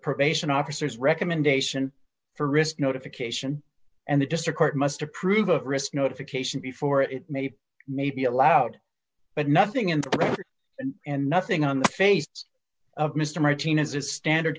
probation officers recommendation for risk notification and the district court must approve a risk notification before it made may be allowed but nothing in the record and and nothing on the face of mr martinez is standard